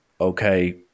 okay